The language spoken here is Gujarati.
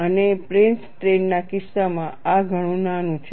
અને પ્લેન સ્ટ્રેઇન ના કિસ્સામાં આ ઘણું નાનું છે